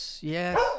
yes